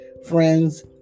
Friends